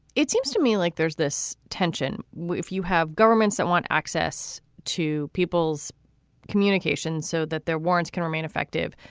it seems to me like there's this tension if you have governments that want access to people's communications so that their warrants can remain effective.